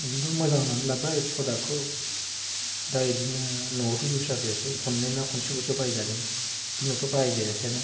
जोंथ' मोजां होन्नानै लाबोबाय प्रडाखखौ दा बिदिनो न'आवथ' इउस जाफैयासै खन्नै ना खनसेल'सो बाहायजादों बिनि उनावथ' बाहायजायासैनो